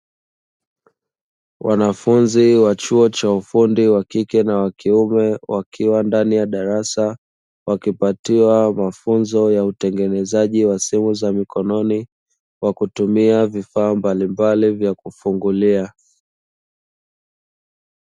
Wanafunzi wa chuo cha ufundi wakike na wakiume wakiwa ndani ya darasa wakipatiwa mafunzo ya utengenezaji wa simu za mikononi kwakutumia vifaa mbalimbali vyakufungulia.